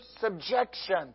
subjection